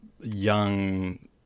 young